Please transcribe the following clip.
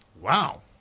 Wow